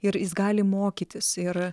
ir jis gali mokytis ir